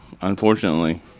Unfortunately